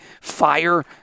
Fire